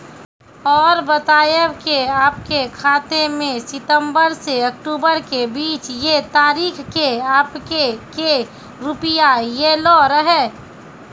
और बतायब के आपके खाते मे सितंबर से अक्टूबर के बीज ये तारीख के आपके के रुपिया येलो रहे?